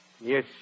Yes